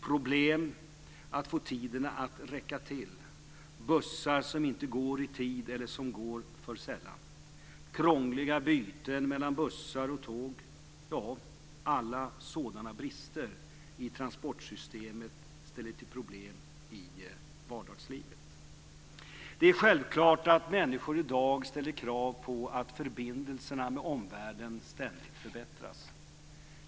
Problem att få tiden att räcka till, bussar som inte går i tid eller som går för sällan, krångliga byten mellan bussar och tåg - alla sådana brister i transportsystemet ställer till problem i vardagslivet. Det är självklart att människor i dag ställer krav på att förbindelserna med omvärlden ständigt förbättras.